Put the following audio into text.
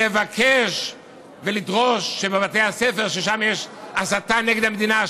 לבקש ולדרוש שבבתי הספר שיש בהם הסתה נגד המדינה,